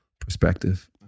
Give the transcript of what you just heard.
perspective